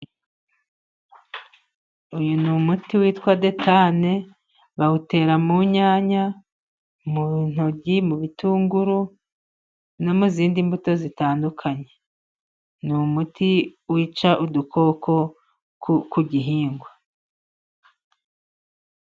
Uyu ni umuti witwa detane. Bawutera mu nyanya, mu ntoryi, mu bitunguru, no mu zindi mbuto zitandukanye. Ni umuti wica udukoko ku gihingwa.